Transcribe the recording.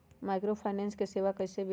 Microfinance के सेवा कइसे विधि?